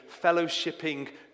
fellowshipping